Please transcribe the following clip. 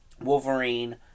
Wolverine